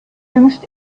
jüngst